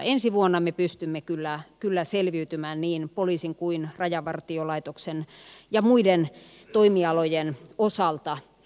ensi vuonna me pystymme kyllä selviytymään niin poliisin kuin rajavartiolaitoksen ja muiden toimialojen osalta